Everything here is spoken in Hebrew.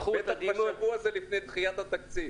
בטח בשבוע הזה, לפני דחיית התקציב.